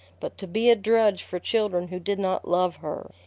but to be a drudge for children who did not love her,